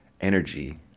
energy